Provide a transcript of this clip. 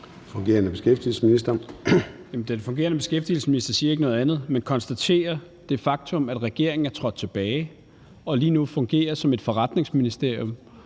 Peter Hummelgaard (fg.): Den fungerende beskæftigelsesminister siger ikke noget andet, men konstaterer det faktum, at regeringen er trådt tilbage og lige nu fungerer som et forretningsministerium.